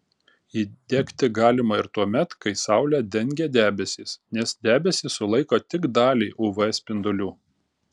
įdegti galima ir tuomet kai saulę dengia debesys nes debesys sulaiko tik dalį uv spindulių